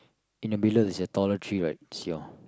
in the middle is a taller tree right is your